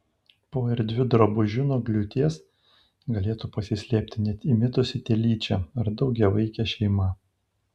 po erdviu drabužiu nuo liūties galėtų pasislėpti net įmitusi telyčia ar daugiavaikė šeima